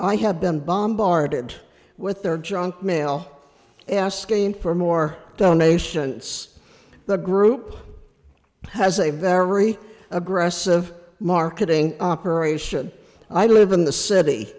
i have been bombarded with their junk mail asking for more donation it's the group has a very aggressive marketing operation i live in the city